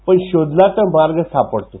पण शोधला तर मार्ग सापडतो